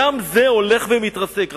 גם זה הולך ומתרסק.